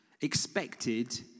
expected